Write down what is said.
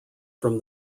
from